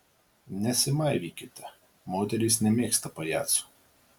nesimaivykite moterys nemėgsta pajacų